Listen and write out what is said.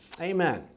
Amen